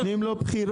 נותנים לו בחירה.